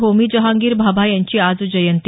होमी जहांगीर भाभा यांची आज जयंती